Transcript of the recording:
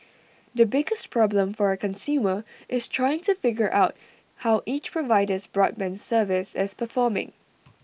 the biggest problem for A consumer is trying to figure out how each provider's broadband service is performing